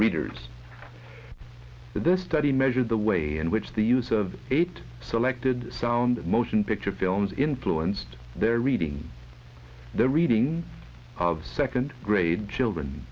readers but this study measured the way in which the use of eight selected sound motion picture films influenced their reading the reading of second grade children